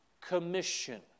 commission